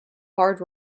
hard